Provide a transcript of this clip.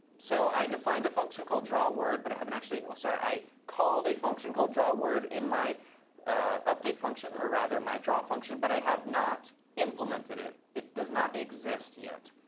so i defined a function called drawword, but i haven't actually oh, sorry. i called a function called drawword in my update function, or rather my draw function. but i have not implemented it. it does not exist yet.